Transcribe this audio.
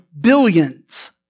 billions